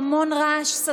רעש.